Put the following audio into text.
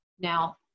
Now